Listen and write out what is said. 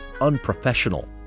unprofessional